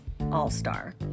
all-star